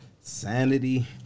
Sanity